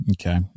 Okay